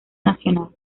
nacional